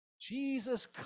Jesus